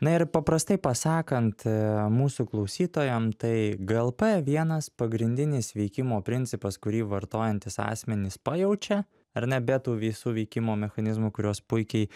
na ir paprastai pasakant mūsų klausytojam tai glp vienas pagrindinis veikimo principas kurį vartojantys asmenys pajaučia ar ne be tų visų veikimo mechanizmų kuriuos puikiai